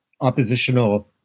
oppositional